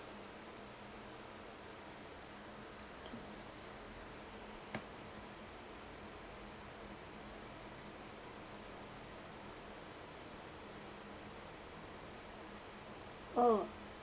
okay oh